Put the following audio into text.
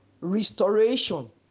Restoration